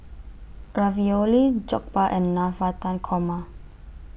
Ravioli Jokbal and Navratan Korma